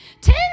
Ten